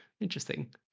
interesting